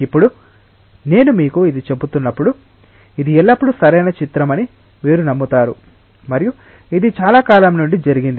ఇప్పుడు నేను మీకు ఇది చెబుతున్నప్పుడు ఇది ఎల్లప్పుడూ సరైన చిత్రం అని మీరు నమ్ముతారు మరియు ఇది చాలా కాలం నుండి జరిగింది